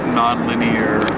nonlinear